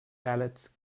ballet